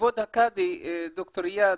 כבוד הקאדי, ד"ר איאד,